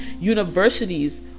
Universities